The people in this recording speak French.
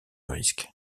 risques